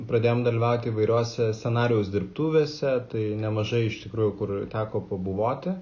pradėjom dalyvauti įvairiose scenarijaus dirbtuvėse tai nemažai iš tikrųjų kur teko pabuvoti